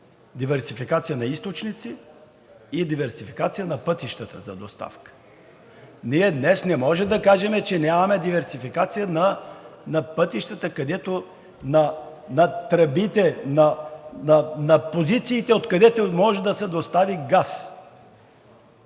диверсификация на източници и диверсификация на пътищата за доставка. Ние днес не можем да кажем, че нямаме диверсификация на пътищата, на тръбите, на позициите, откъдето може да се достави газ.